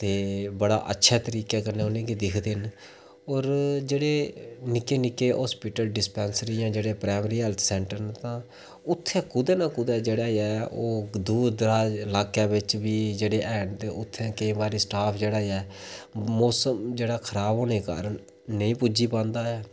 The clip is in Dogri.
ते बड़ा अच्छा तरीके कन्नै उ'नेंगी दिखदे न और जेह्ड़े निक्के निक्के अस्पिटल डिस्पैंसरियां जेह्ड़े प्राईमरी हैल्थ सैंटर न तां उत्थै कुतै न कुतै जेह्ड़ा ऐ ओह् दूर दराज लाकै बेच बी जेह्ड़े उत्थै केईं बारी स्टाफ जेह्ड़ा ऐ मौसम जेह्ड़ा खराब होने कारण नेईं पुज्जी पांदा ऐ